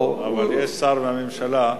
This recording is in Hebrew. אבל יש שר לממשלה.